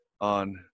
on